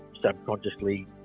subconsciously